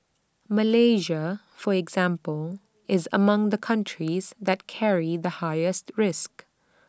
Malaysia for example is among the countries that carry the highest risk